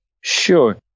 Sure